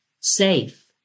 safe